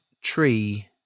tree